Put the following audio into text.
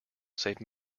save